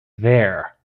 there